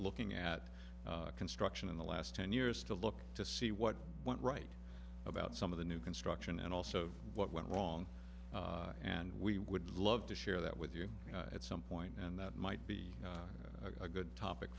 looking at construction in the last ten years to look to see what went right about some of the new construction and also what went wrong and we would love to share that with you at some point and that might be a good topic